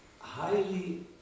highly